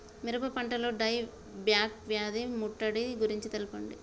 మిరప పంటలో die back వ్యాధి ముట్టడి గురించి తెల్పండి?